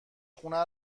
خونه